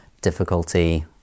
difficulty